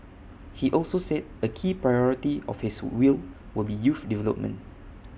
he also said A key priority of his will will be youth development